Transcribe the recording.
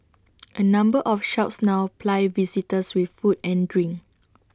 A number of shops now ply visitors with food and drink